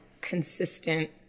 consistent